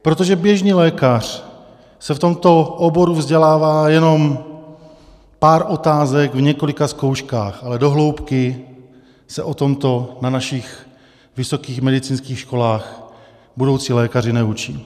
Protože běžný lékař se v tomto oboru vzdělává jenom pár otázek v několika zkouškách, ale do hloubky se o tomto na našich vysokých medicínských školách budoucí lékaři neučí.